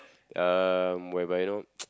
um whereby you know